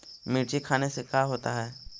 मिर्ची खाने से का होता है?